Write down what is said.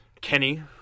Kenny